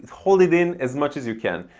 hold it in as much as you can.